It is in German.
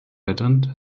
blätternd